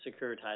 Securitized